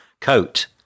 coat